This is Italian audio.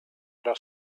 era